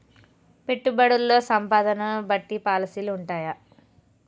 పెట్టుబడుల్లో సంపదను బట్టి పాలసీలు ఉంటయా?